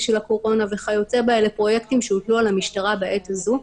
של הקורונה וכיוצא באלה פרויקטים שהוטלו על המשטרה בעת הזאת,